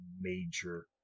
major